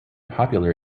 popular